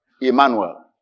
Emmanuel